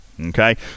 Okay